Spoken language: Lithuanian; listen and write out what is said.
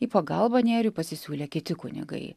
į pagalbą nėriui pasisiūlė kiti kunigai